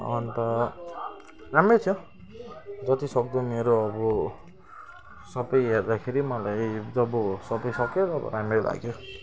अन्त राम्रै थियो जति सक्दो मेरो अब सबै हेर्दाखेरि मलाई जब सबै सक्यो राम्रै लाग्यो